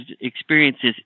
experiences